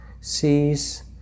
sees